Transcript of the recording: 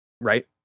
Right